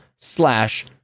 Slash